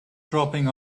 dropping